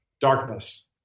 darkness